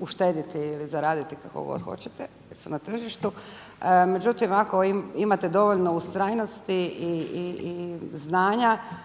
uštediti ili zaraditi kako god hoćete jer su na tržištu. Međutim, ako imate dovoljno ustrajnosti i znanja,